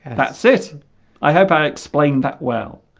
that's it i hope i explained that well